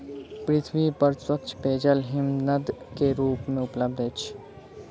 पृथ्वी पर स्वच्छ पेयजल हिमनद के रूप में उपलब्ध अछि